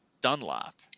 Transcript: Dunlop